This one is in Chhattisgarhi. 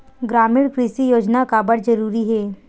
ग्रामीण कृषि योजना काबर जरूरी हे?